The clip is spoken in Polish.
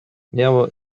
miało